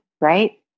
right